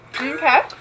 Okay